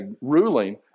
ruling